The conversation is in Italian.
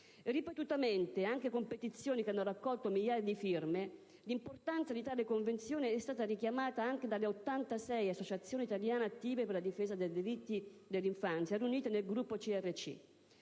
sottolineata, anche con petizioni che hanno raccolto migliaia di firme, l'importanza di tale Convenzione è stata richiamata con forza anche dalle 86 associazioni italiane attive per la difesa dei diritti dell'infanzia riunite nel gruppo di